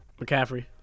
McCaffrey